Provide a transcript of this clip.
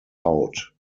out